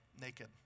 naked